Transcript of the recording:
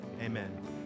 amen